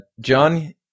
john